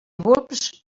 bulbs